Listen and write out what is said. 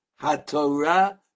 HaTorah